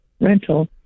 rental